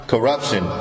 Corruption